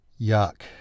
Yuck